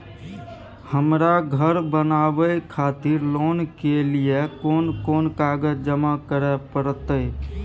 हमरा धर बनावे खातिर लोन के लिए कोन कौन कागज जमा करे परतै?